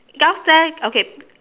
last time okay